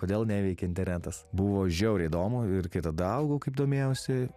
kodėl neveikia internetas buvo žiauriai įdomu ir kai tada augau kaip domėjausi